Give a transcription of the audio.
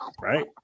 right